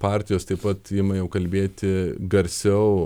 partijos taip pat ima jau kalbėti garsiau